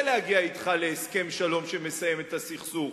להגיע אתך להסכם שלום שמסיים את הסכסוך,